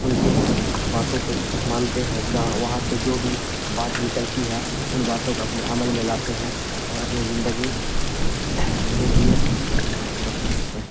ان کے باتوں کو مانتے ہیں جہاں وہاں سے جو بھی بات نکلتی ہے ان باتوں کو اپنے عمل میں لاتے ہیں اور اپنے زندگی کے لیے ترقی کرتے ہیں